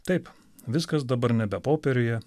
taip viskas dabar nebe popieriuje